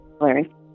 Larry